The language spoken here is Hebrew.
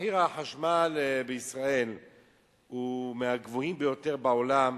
מחיר החשמל בישראל הוא מהגבוהים ביותר בעולם,